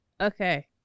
Okay